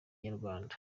inyarwanda